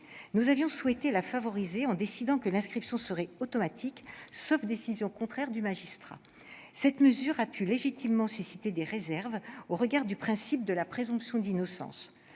Nous avions souhaité la favoriser en décidant qu'elle serait automatique, sauf décision contraire du magistrat. Cela a pu légitimement susciter des réserves au regard du principe de la présomption d'innocence.